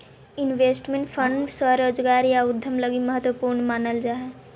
investment fund स्वरोजगार या उद्यम लगी महत्वपूर्ण मानल जा हई